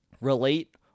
relate